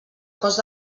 cost